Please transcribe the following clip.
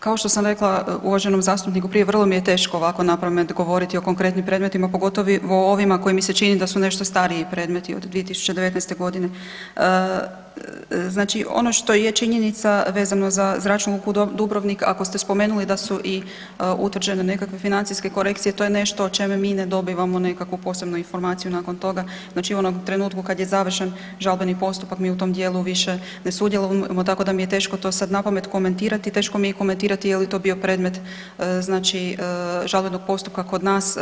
Kao što sam rekla uvaženom zastupniku prije, vrlo mi je teško ovako napamet govoriti o konkretnim predmetima, pogotovo ovima koji mi se čini da su nešto stariji predmeti od 2019. g. Znači ono što je činjenica vezano za Zračnu luku Dubrovnik, ako ste spomenuli da su i utvrđene nekakve financijske korekcije, to je nešto o čemu mi ne dobivamo nekakvu posebnu informaciju nakon toga, znači u onom trenutku kad je završen žalbeni postupak, mi u tom dijelu više ne sudjelujemo, tako da mi je teško sad napamet to komentirati, teško mi je komentirati je li to bio predmet znači žalbenog postupka kod nas.